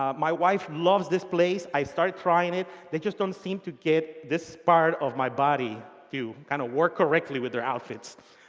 um my wife loves this place. i started trying it. they just don't seem to get this part of my body to kind of work correctly with their outfits.